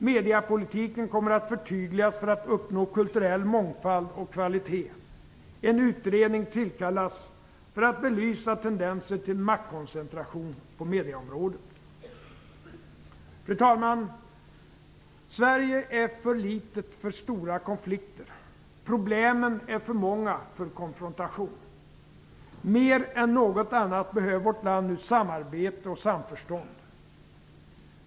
Mediepolitiken kommer att förtydligas för att uppnå kulturell mångfald och kvalitet. En utredning tillkallas för att belysa tendenser till maktkoncentration på medieområdet. Fru talman! Sverige är för litet för stora konflikter, problemen är för många för konfrontation. Mer än något annat behöver vårt land nu samarbete och samförstånd.